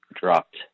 dropped